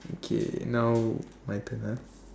okay now my turn